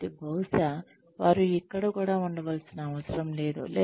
కాబట్టి బహుశా వారు ఇక్కడ కూడా ఉండవలసిన అవసరం లేదు